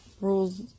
rules